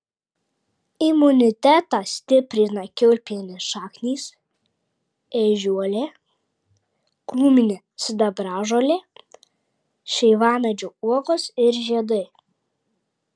imunitetą stiprina kiaulpienės šaknys ežiuolė krūminė sidabražolė šeivamedžio uogos ir žiedai